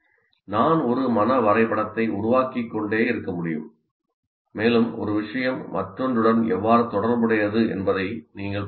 நான் ஒரு மன வரைபடத்தை உருவாக்கிக்கொண்டே இருக்க முடியும் மேலும் ஒரு விஷயம் மற்றொன்றுடன் எவ்வாறு தொடர்புடையது என்பதை நீங்கள் பார்க்கலாம்